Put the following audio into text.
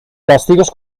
castigos